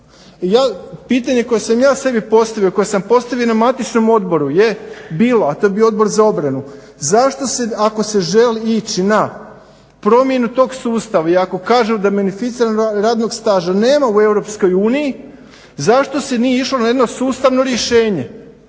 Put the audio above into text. pitanje koje sam ja sebi postavio, koje sam postavio na matičnom odboru je bilo, a to je bio Odbor za obranu, zašto se ako se želi ići na promjenu tog sustava, i ako kažu da beneficiranog radnog staža nema u Europskoj uniji, zašto se nije išlo na jedno sustavno rješenje